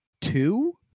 two